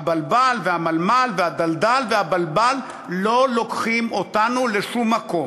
ה"בלבל" וה"מלמל" ו"הדלדל" וה"בלבל" שלא לוקחים אותנו לשום מקום.